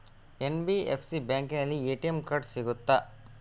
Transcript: NBFC ಬ್ಯಾಂಕಿನಲ್ಲಿ ATM card ಸಿಗುತ್ತಾ?